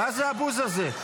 מה זה הבוז הזה?